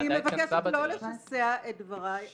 אני מבקשת לא לשסע את דבריי עכשיו.